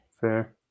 Fair